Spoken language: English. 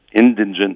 indigent